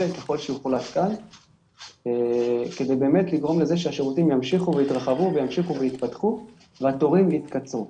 כדי באמת לגרום לזה שהשירותים יתרחבו ויתפתחו והתורים יתקצרו.